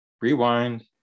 Rewind